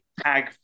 tag